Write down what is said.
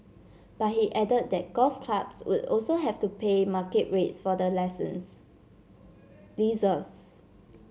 but he added that golf clubs would also have to pay market rates for the lessons leases